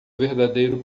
verdadeiro